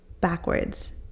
backwards